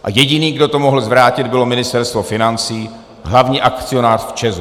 A jediný, kdo to mohl zvrátit, bylo Ministerstvo financí, hlavní akcionář ČEZu.